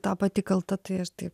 tą pati kalta tai aš taip